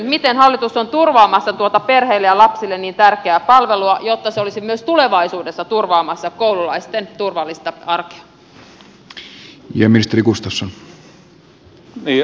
miten hallitus on turvaamassa tuota perheille ja lapsille niin tärkeää palvelua jotta se olisi myös tulevaisuudessa turvaamassa koululaisten turvallista arkea